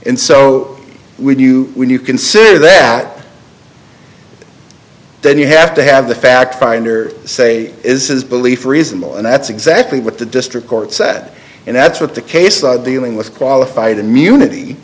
so when you when you consider that then you have to have the fact finder say is his belief reasonable and that's exactly what the district court said and that's what the case illing with qualified immunity